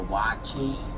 watching